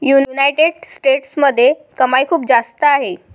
United स्टेट्समध्ये कमाई खूप जास्त आहे